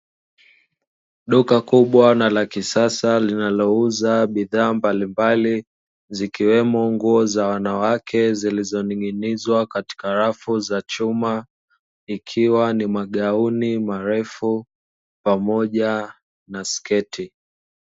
Duka kubwa na la kisasa linalouza bidhaa mbalimbali zikiwemo nguo za wanawake, zilizoning'inizwa katika rafu za chuma ikiwa na magauni marefu pamoja na sketi.